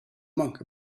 monk